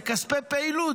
זה כספי פעילות.